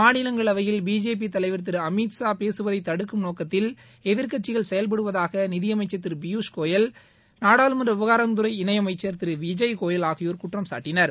மாநிலங்களவையில் பிஜேபி தலைவர் திரு அமித்ஷா பேசுவதை தடுக்கும் நோக்கத்தில் எதிர்கட்சிகள் செயல்படுவதாக நிதியமைச்சர் திரு பியூஷ்கோயல் நாடாளுமன்ற விவகாரத்துறை இணையமைச்சர் திரு விஜய் கோயல் ஆகியோர் குற்றம் சாட்டினர்